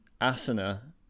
Asana